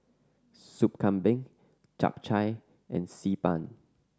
Sup Kambing Chap Chai and Xi Ban